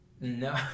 No